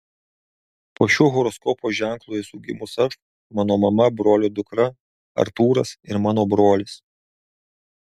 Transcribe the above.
po šiuo horoskopo ženklu esu gimus aš mano mama brolio dukra artūras ir mano brolis